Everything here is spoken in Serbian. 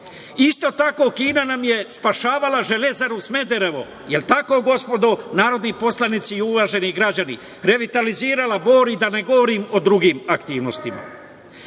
Isto tako, Kina nam je spašavala Železaru Smederevo. Je li tako, gospodo narodni poslanici i uvaženi građani? Revitalizirala Bor i da ne govorim o drugim aktivnostima. Verovali